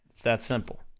it's that simple.